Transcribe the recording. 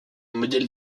modèle